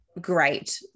great